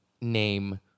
name